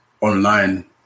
online